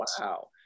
wow